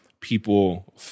People